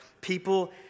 people